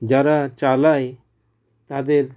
যারা চালায় তাদের